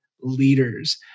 leaders